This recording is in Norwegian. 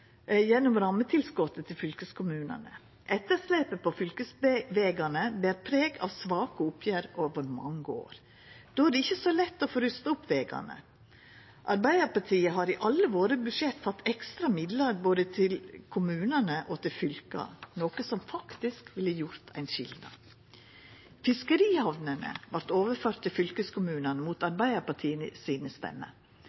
gjennom rammetilskotet til fylkeskommunane. Etterslepet på vedlikehaldet av fylkesvegane ber preg av svake oppgjer over mange år. Då er det ikkje så lett å få rusta opp vegane. Arbeidarpartiet har i alle budsjetta våre hatt ekstra midlar både til kommunane og til fylka, noko som faktisk ville gjort ein skilnad. Fiskerihamnene vart overførde til fylkeskommunane mot